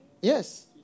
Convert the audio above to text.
Yes